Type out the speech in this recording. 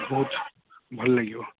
ବହୁତ ଭଲ ଲାଗିବ